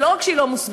ולא רק שהיא לא מוסברת,